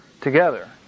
together